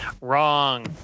Wrong